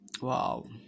Wow